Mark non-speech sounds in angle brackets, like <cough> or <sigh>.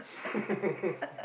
<laughs>